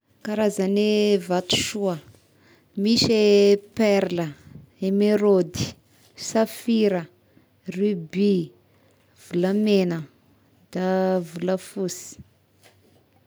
Karazagne vatosoa:misy e perla, emerôdy, safira, rubis, volamegna, da volafosy.